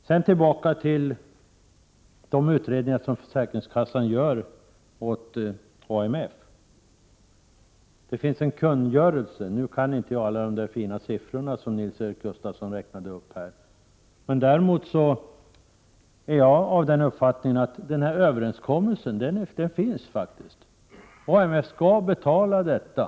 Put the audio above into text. Sedan vill jag säga några ord om de utredningar som försäkringskassan gör åt AMF. Det finns en kungörelse. Jag kan dock inte alla de siffror som Nils-Erik Gustafsson räknade upp här. Däremot är jag av den uppfattningen att det faktiskt finns en sådan överenskommelse. AMF skall betala detta.